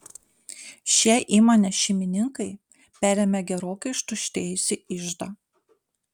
šie įmonės šeimininkai perėmė gerokai ištuštėjusį iždą